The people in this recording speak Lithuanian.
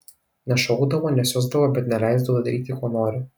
nešaukdavo nesiusdavo bet neleisdavo daryti ko nori